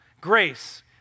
Grace